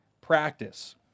practice